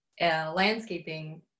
landscaping